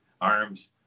arms